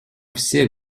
все